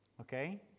Okay